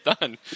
Done